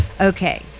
Okay